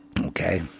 Okay